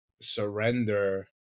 surrender